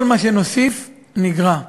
כל מה שנוסיף, נגרע.